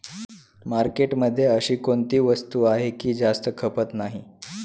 मार्केटमध्ये अशी कोणती वस्तू आहे की जास्त खपत नाही?